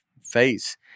face